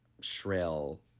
shrill